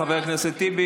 תודה רבה, חבר הכנסת טיבי.